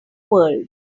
world